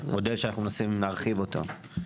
מודל שאנו מנסים להרחיב אותו.